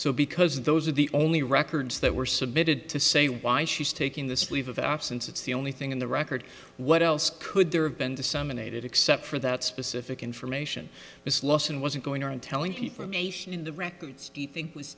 so because those are the only records that were submitted to say why she's taking this leave of absence it's the only thing in the record what else could there have been disseminated except for that specific information is lost and wasn't going around telling people nation in the records